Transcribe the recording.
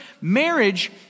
Marriage